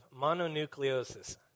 mononucleosis